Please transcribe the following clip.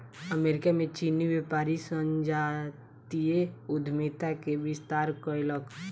America में चीनी व्यापारी संजातीय उद्यमिता के विस्तार कयलक